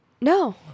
No